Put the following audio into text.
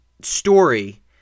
story